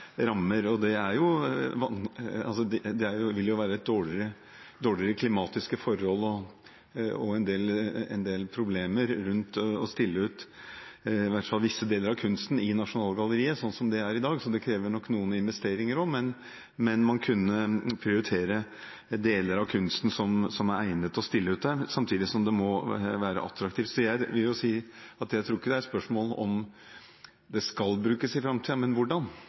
rammer. Det vil jo være dårligere klimatiske forhold og en del problemer rundt det å stille ut i hvert fall visse deler av kunsten i Nasjonalgalleriet, slik det er i dag. Det krever nok noen investeringer også, men man kunne prioritere de deler av kunsten som er egnet til å stilles ut der, samtidig som det må være attraktivt. Jeg vil si at jeg tror ikke det er spørsmål om hvorvidt det skal brukes i framtiden, men om hvordan.